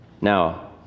Now